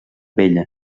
vella